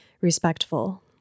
respectful